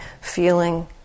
feeling